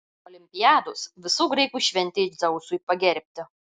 olimpiados visų graikų šventė dzeusui pagerbti